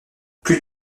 plus